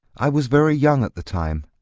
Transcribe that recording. i was very young at the time.